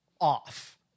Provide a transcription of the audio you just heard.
off